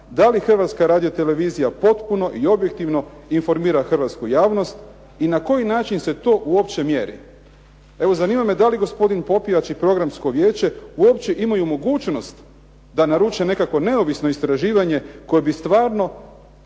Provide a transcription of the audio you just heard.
da li Hrvatska radiotelevizija potpuno i objektivno informira Hrvatsku javnost, i na koji način se to uopće mjeri. Evo zanima me da li gospodin Popijač i Programsko vijeće uopće imaju mogućnost da naruče nekakvo neovisno istraživanje koje bi stvarno